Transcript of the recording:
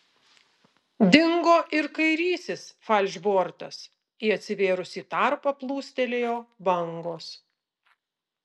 dingo ir kairysis falšbortas į atsivėrusį tarpą plūstelėjo bangos